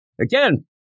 again